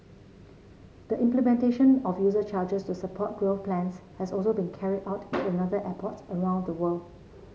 the implementation of user charges to support growth plans has also been carried out at other airports around the world